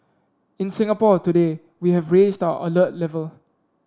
in Singapore today we have raised our alert level